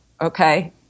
okay